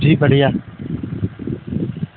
جی بڑھیا